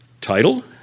title